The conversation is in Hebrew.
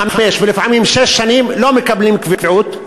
חמש ולפעמים שש שנים לא מקבלים קביעות,